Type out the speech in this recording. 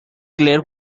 clear